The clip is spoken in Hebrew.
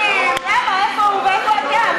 למה אתה לא מגנה את ההסתה,